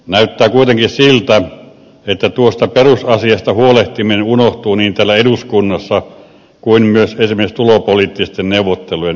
näyttää kuitenkin siltä että tuosta perusasiasta huolehtiminen unohtuu niin täällä eduskunnassa kuin myös esimerkiksi tulopoliittisten neuvottelujen yhteydessä